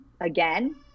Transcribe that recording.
again